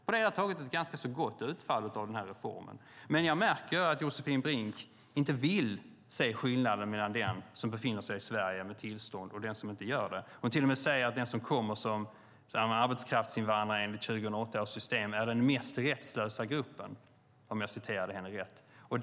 På det hela taget är det ett ganska gott utfall av denna reform. Men jag märker att Josefin Brink inte vill se skillnaden mellan den som befinner sig i Sverige med tillstånd och den som befinner sig i Sverige utan tillstånd. Hon säger till och med att den som kommer som arbetskraftsinvandrare enligt 2008 års system är den mest rättslösa gruppen, om jag återger det som hon sade rätt.